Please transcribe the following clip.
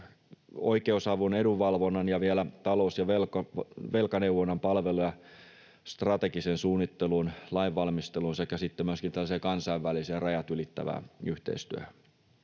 oikeusavun, edunvalvonnan ja vielä talous- ja velkaneuvonnan palveluiden strategiseen suunnitteluun, lainvalmisteluun sekä myöskin tällaiseen kansainväliset rajat ylittävään yhteistyöhön.